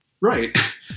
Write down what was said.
right